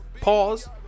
Pause